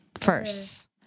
first